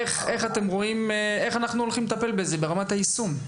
איך אנחנו עומדים לטפל בזה ברמת היישום?